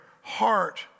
heart